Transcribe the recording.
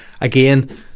again